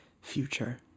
future